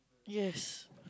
yes